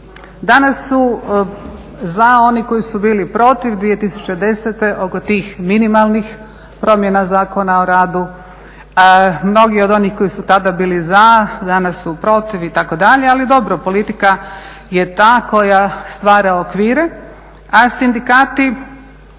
Danas su za oni koji su bili protiv 2010. oko tih minimalnih promjena Zakona o radu. Mnogi od onih koji su tada bili za danas su protiv itd., ali dobro, politika je ta koja stvara okvire a sindikati